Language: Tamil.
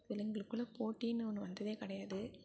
எங்களுக்குள்ளே போட்டின்னு ஒன்று வந்ததே கிடையாது